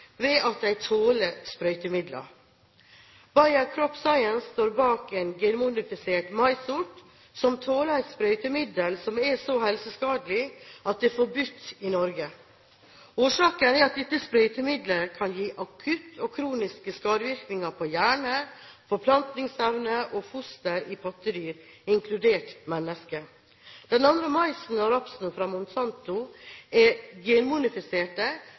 ved at de tåler sprøytemidler. Bayer CropScience står bak en genmodifisert maissort som tåler et sprøytemiddel som er så helseskadelig at det er forbudt i Norge. Årsaken er at dette sprøytemiddelet kan gi akutte og kroniske skadevirkninger på hjerne, på forplantningsevne og på foster i pattedyr, inkludert menneske. Den andre maisen og rapsen, fra Monsanto, er